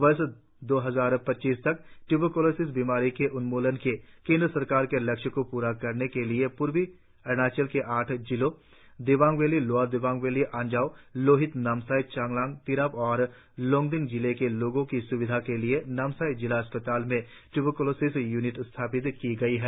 वर्ष दो हजार पच्चीस तक ट्यूबरक्लोसिस बीमारी के उन्मूलन के केंद्र सरकार के लक्ष्य को पूरा करने के लिए पूर्वी अरुणाचल के आठ जिलों Dibang valley lower Dibang valley Anjaw Lohit Namsai Changlang Tirap और लोंगडिंग जिले के लोगों की स्विधा के लिए नामसाई जिला अस्प्ताल में ट्यूबरकुलोसिस यूनिट स्थापित की गई है